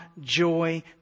joy